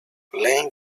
lane